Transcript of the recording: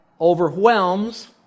overwhelms